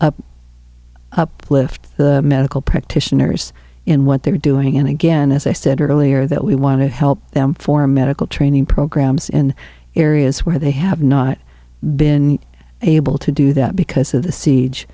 help up lift medical practitioners in what they're doing and again as i said earlier that we want to help them for medical training programs in areas where they have not been able to do that because of the siege